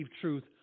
truth